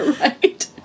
right